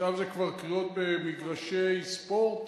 עכשיו זה כבר קריאות במגרשי ספורט,